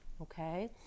okay